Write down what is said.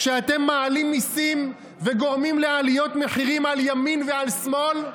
כשאתם מעלים מיסים וגורמים לעליות מחירים על ימין ועל שמאל?